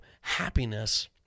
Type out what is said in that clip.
happiness